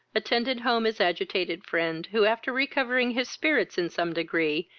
attended home his agitated friend, who, after recovering his spirits in some degree,